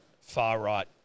far-right